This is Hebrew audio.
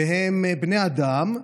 והם בני אדם.